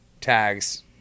tags